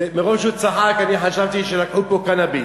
מרוב שהוא צחק אני חשבתי שלקחו פה קנאביס.